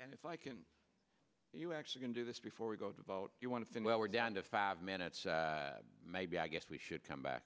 and if i can you actually can do this before we go to vote you want to say well we're down to five minutes maybe i guess we should come back